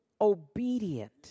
obedient